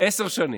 עשר שנים.